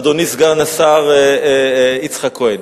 אדוני סגן השר יצחק כהן.